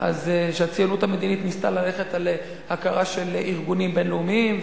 שהציונות המדינית ניסתה ללכת על הכרה של ארגונים בין-לאומיים.